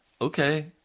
Okay